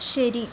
ശരി